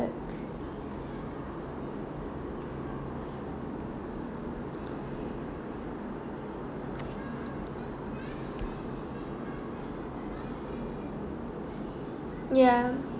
~sets ya